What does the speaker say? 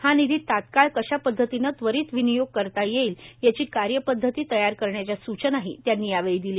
हा निधी तात्काळ कशा पद्धतीने त्वरित विनियोग करता येईल याची कार्यपद्धती तयार करण्याच्या सूचनाही त्यांनी यावेळी दिल्या